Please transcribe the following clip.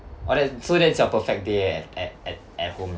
oh that so that's your perfect day at at at at home